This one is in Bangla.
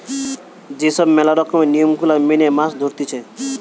যে সব ম্যালা রকমের নিয়ম গুলা মেনে মাছ ধরতিছে